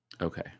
Okay